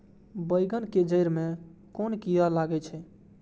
बेंगन के जेड़ में कुन कीरा लागे छै?